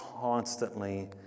constantly